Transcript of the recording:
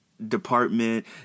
Department